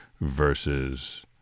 versus